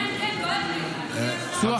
כן, כן, כואב לי, אדוני